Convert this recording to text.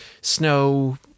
snow